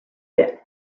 debt